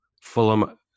Fulham